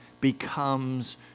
becomes